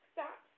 Stop